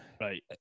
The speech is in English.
Right